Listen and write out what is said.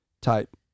type